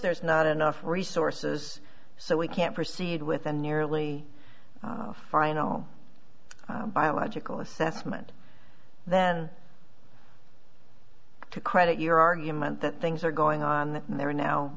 there's not enough resources so we can't proceed with the nearly final biological assessment then to credit your argument that things are going on and they're now